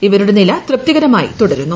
ഇവരുടെ നില തൃപ്തികരമായി തുടരുന്നു